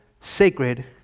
sacred